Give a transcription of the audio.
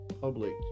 public